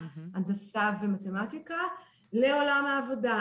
הנדסה ומתמטיקה לבין עולם העבודה,